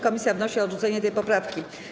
Komisja wnosi o odrzucenie tej poprawki.